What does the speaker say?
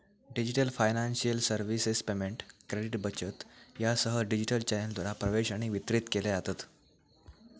digital financial services payment, credit, बचत यासह digital चॅनेलद्वारा प्रवेश आणि वितरित केल्या जातत